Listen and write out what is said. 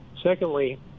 Secondly